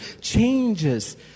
Changes